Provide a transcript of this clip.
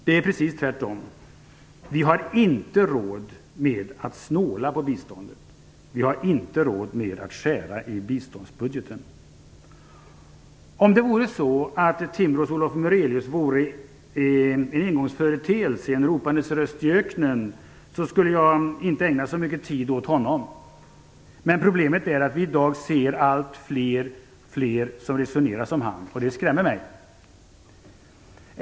Det är precis tvärtom. Vi har inte råd med att snåla på biståndet. Vi har inte råd att skära i biståndsbudgeten. Om det vore så att Timbros Olof Murelius vore en engångsföreteelse, en ropandes röst i öknen, skulle jag inte ägna så mycket tid åt honom. Men problemet är att vi i dag ser att alltfler resonerar som han, och det skrämmer mig.